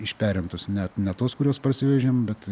išperintus net ne tuos kuriuos parsivežėm bet